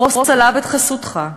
פרוס עליו את חסותך,